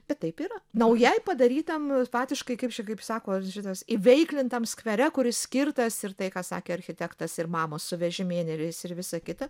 bet taip yra naujai padarytam patiškai kaip čia kaip sako šitas įveiklintam skvere kuris skirtas ir tai ką sakė architektas ir mamos su vežimėliais ir visa kita